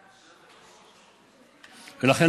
ולכן,